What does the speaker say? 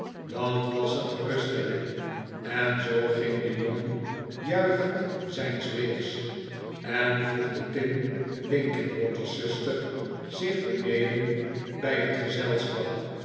dat was een geruststelling en zoo ging de jongen juichend zijns weegs en voegde tim linkinwater's zuster zich beneden bij het gezelschap